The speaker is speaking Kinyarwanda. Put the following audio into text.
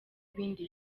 ibindi